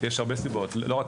יש הרבה סיבות למה זה לא רלוונטי,